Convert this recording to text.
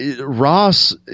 Ross